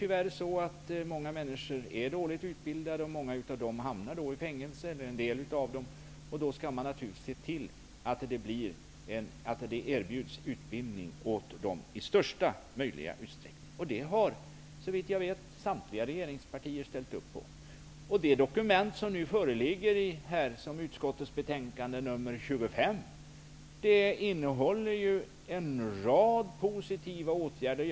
Tyvärr är många människor dåligt utbildade, och många av dem hamnar i fängelse. Man skall naturligtvis se till att de erbjuds utbildning i största möjliga utsträckning. Detta har, såvitt jag vet, samtliga regeringspartier ställt sig bakom. Det dokument som nu föreligger i form av justitieutskottets betänkande 25 innehåller förslag till en rad positiva åtgärder.